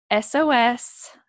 SOS